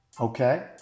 Okay